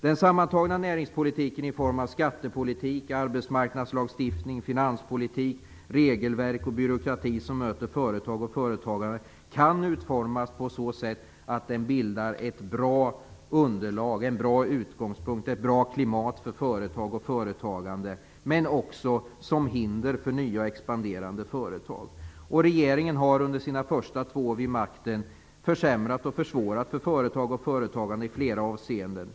Den sammantagna näringspolitiken i form av skattepolitik, arbetsmarknadslagstiftning, finanspolitik, regelverk och byråkrati som möter företag och företagare kan utformas på så sätt att den bildar ett bra underlag, en bra utgångspunkt, ett bra klimat för företag och företagande, men också så att den blir ett hinder för nya och expanderande företag. Regeringen har under sina första två år vid makten försämrat och försvårat för företag och företagande i flera avseenden.